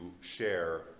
share